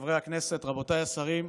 חברי הכנסת, רבותיי השרים,